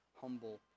humble